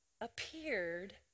appeared